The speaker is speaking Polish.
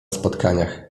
spotkaniach